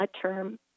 term